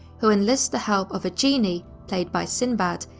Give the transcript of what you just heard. who enlist the help of a genie, played by sinbad,